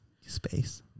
Space